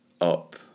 up